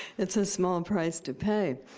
it's a small price to pay.